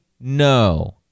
no